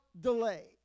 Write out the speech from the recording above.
delay